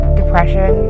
depression